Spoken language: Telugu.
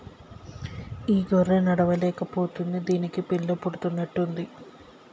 ఈ గొర్రె నడవలేక పోతుంది దీనికి పిల్ల పుడుతున్నట్టు ఉంది